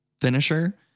finisher